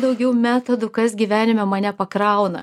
daugiau metodų kas gyvenime mane pakrauna